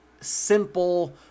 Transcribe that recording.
simple